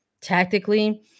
tactically